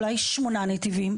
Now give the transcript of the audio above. אולי שמונה נתיבים?